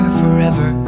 forever